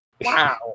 wow